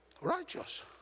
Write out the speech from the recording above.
Righteous